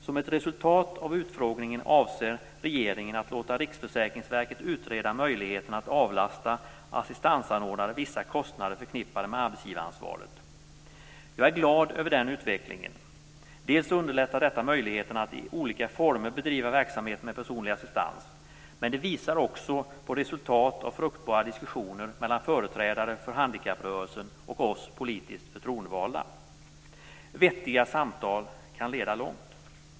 Som ett resultat av utfrågningen avser regeringen att låta Riksförsäkringsverket utreda möjligheterna att avlasta assistansanordnare vissa kostnader förknippade med arbetsgivaransvaret. Jag är glad över den utvecklingen. Dels underlättar detta möjligheterna att i olika former bedriva verksamhet med personlig assistans, dels visar det på resultat av fruktbara diskussioner mellan företrädare för handikapprörelsen och oss politiskt förtroendevalda. Vettiga samtal kan leda långt.